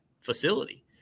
facility